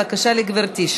בבקשה, גברתי.